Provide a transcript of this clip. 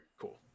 Cool